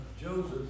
Joseph